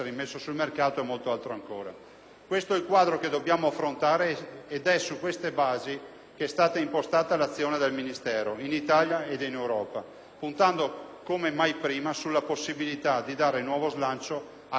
Questo è il quadro che dobbiamo affrontare ed è su queste basi che è stata impostata l'azione del Ministero in Italia e in Europa, puntando come mai prima sulla possibilità di dare nuovo slancio a competitività e trasparenza.